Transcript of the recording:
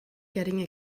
getting